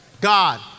God